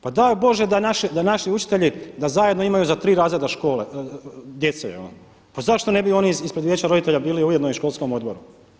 Pa daj Bože da naši učitelji, da zajedno imaju za tri razreda škole djeca, pa zašto ne bi oni ispred Vijeća roditelja ujedno bili i u školskom odboru.